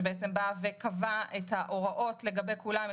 שקבע את ההוראות לגבי כולם,